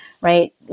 right